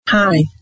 Hi